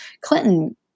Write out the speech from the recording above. Clinton